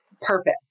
purpose